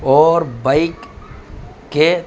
اور بائک کے